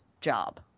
job